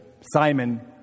Simon